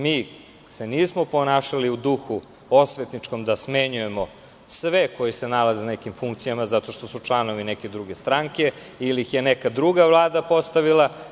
Mi se nismo ponašali u duhu osvetničkom da smenjujemo sve koji se nalaze na nekim funkcijama zato što su članovi neke druge stranke ili ih je neka druga vlada postavila.